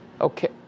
Okay